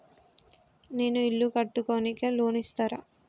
నేను ఇల్లు కట్టుకోనికి లోన్ ఇస్తరా?